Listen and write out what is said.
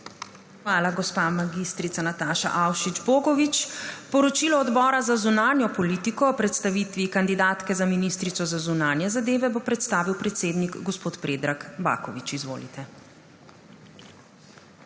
Hvala, gospa mag. Nataša Avšič Bogovič. Poročilo Odbora za zunanjo politiko o predstavitvi kandidatke za ministrico za zunanje zadeve bo predstavil predsednik gospod Predrag Baković. Izvolite.